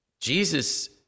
Jesus